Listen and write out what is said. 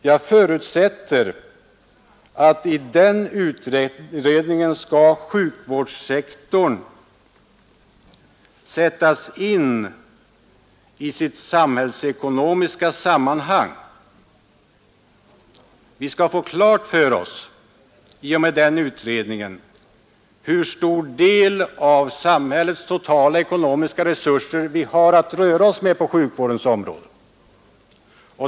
Jag förutsätter då att man i den utredningen sätter in sjukvårdssektorn i sitt samhällsekonomiska sammanhang. I och med den utredningen skall vi få klart för oss hur stor del av samhällets totala ekonomiska resurser vi har att röra oss med på sjukvårdens område.